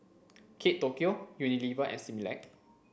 Kate Tokyo Unilever and Similac